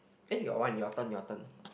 eh your one your turn your turn